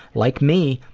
like me,